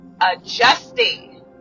adjusting